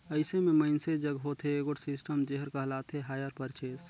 अइसे में मइनसे जग होथे एगोट सिस्टम जेहर कहलाथे हायर परचेस